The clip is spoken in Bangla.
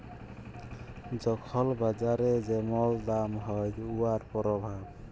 যখল বাজারে যেমল দাম হ্যয় উয়ার পরভাব